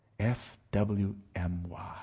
F-W-M-Y